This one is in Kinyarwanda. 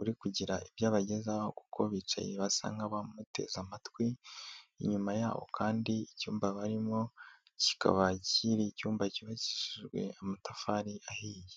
uri kugira ibyo abagezaho kuko bicaye basa nk'abamuteze amatwi, inyuma yaho kandi icyumba barimo kikaba ari icyumba cyubakishijwe amatafari ahiye.